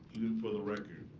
for the record,